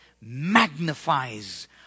magnifies